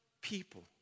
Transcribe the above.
people